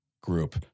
group